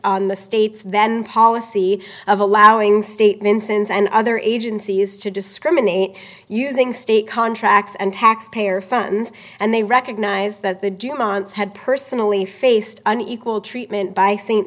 on the state's then policy of allowing statements inns and other agencies to discriminate using state contracts and taxpayer funds and they recognize that the dumont's had personally faced an equal treatment by st